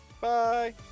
Bye